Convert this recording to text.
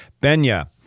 Benya